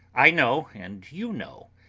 i know, and you know,